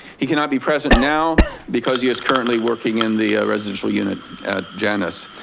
he cannot be present now because he is currently working in the residential unit at janus.